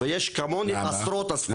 ויש כמוני עשרות אספנים.